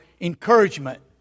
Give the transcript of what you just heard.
encouragement